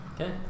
Okay